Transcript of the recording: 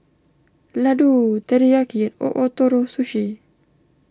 Ladoo Teriyaki and O Ootoro Sushi